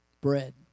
bread